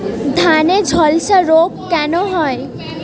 ধানে ঝলসা রোগ কেন হয়?